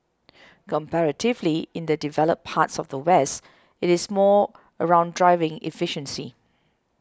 comparatively in the developed parts of the West it is more around driving efficiency